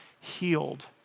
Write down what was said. healed